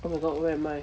oh my god where am I